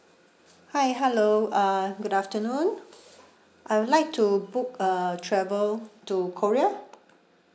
hi hello uh good afternoon I would like to book a travel to korea